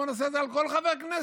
בואו נעשה את זה על כל חבר כנסת.